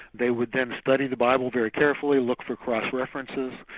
they would then study the bible very carefully, look for cross references,